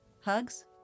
hugs